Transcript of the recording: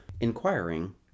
Inquiring